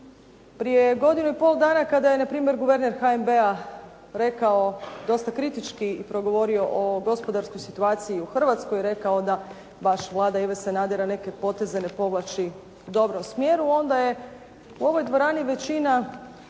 Prije godinu i pol dana kada je npr. guverner HNB-a rekao, dosta kritički progovorio o gospodarskoj situaciji u Hrvatskoj rekao da baš Vlada Ive Sanadera neke poteze ne povlači u dobrom smjeru, onda je u ovoj dvorani većina,